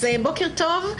בוקר טוב.